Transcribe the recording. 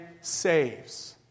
saves